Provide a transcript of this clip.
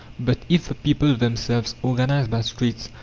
but if the people themselves, organized by streets,